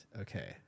Okay